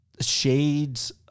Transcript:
shades